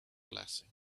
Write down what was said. blessing